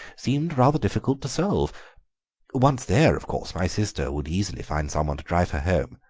seemed rather difficult to solve once there, of course, my sister would easily find some one to drive her home.